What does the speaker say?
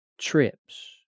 trips